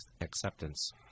acceptance